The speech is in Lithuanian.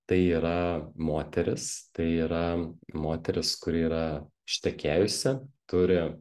tai yra moteris tai yra moteris kuri yra ištekėjusi turi